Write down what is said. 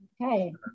okay